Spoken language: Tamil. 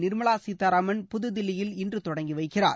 நிர்மலா சீதாராமன் புதுதில்லியில் இன்று தொடங்கி வைக்கிறார்